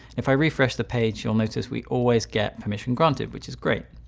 if i refresh the page, you'll notice we always get permission granted, which is great.